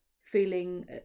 feeling